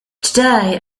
today